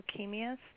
leukemias